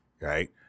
Right